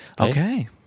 Okay